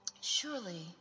surely